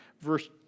verse